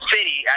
city